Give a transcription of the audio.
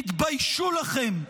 תתביישו לכם.